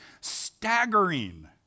staggering